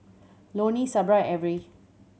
Loney Sabra Averie